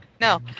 No